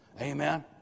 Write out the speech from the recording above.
amen